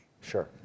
Sure